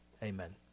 Amen